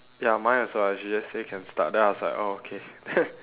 ya mine also ah she just say can start then I was like oh okay